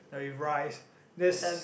ya with rice that's